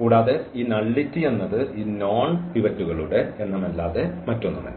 കൂടാതെ ഈ നള്ളിറ്റി എന്നത് ഈ നോൺ പിവറ്റുകളുടെ എണ്ണമല്ലാതെ മറ്റൊന്നുമല്ല